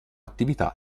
attività